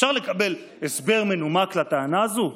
אפשר לקבל הסבר מנומק לטענה הזו?